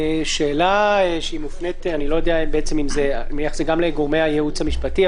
שאלה שמופנית גם לגורמי הייעוץ המשפטי,